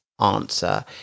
answer